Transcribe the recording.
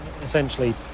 essentially